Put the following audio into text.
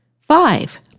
Five